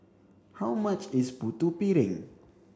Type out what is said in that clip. how much is Putu Piring